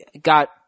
got